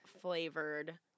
flavored